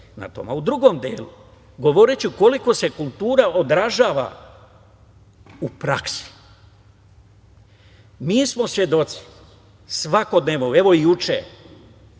za to. A u drugom govoriću koliko se kultura odražava u praksi. Mi smo svedoci svakodnevnog, evo i juče,